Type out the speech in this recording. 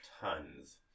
Tons